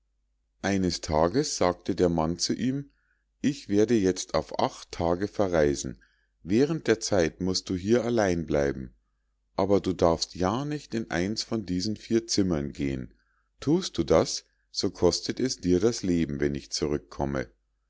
eines tages sagte der mann zu ihm ich werde jetzt auf acht tage verreisen während der zeit musst du hier allein bleiben aber du darfst ja nicht in eins von diesen vier zimmern gehen thust du das so kostet es dir das leben wenn ich zurückkomme